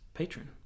patron